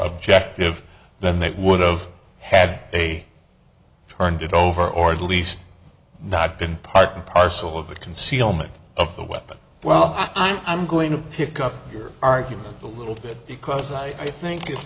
objective than they would of had a turned it over or at least not been part and parcel of the concealment of the weapon well i'm going to pick up your argument a little bit because i think i